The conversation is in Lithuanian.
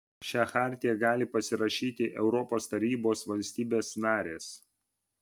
šią chartiją gali pasirašyti europos tarybos valstybės narės